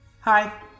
Hi